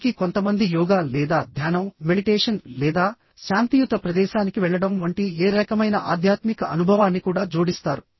దీనికి కొంతమంది యోగా లేదా ధ్యానం లేదా శాంతియుత ప్రదేశానికి వెళ్లడం వంటి ఏ రకమైన ఆధ్యాత్మిక అనుభవాన్ని కూడా జోడిస్తారు